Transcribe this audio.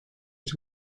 its